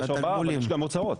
יש גם הוצאות.